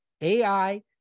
AI